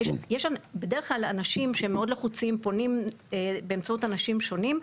בדרך כלל אנשים שהם מאוד לחוצים פונים באמצעות אנשים שונים,